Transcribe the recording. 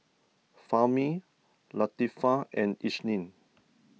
Fahmi Latifa and Isnin